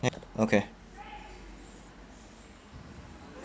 then okay